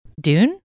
Dune